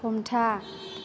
हमथा